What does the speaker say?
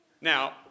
Now